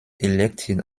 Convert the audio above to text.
elected